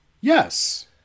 Yes